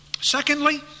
Secondly